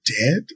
dead